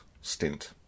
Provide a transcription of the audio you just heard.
stint